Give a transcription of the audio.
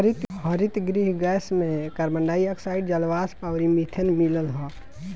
हरितगृह गैस में carbon dioxide, जलवाष्प अउरी मीथेन मिलल हअ